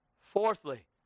Fourthly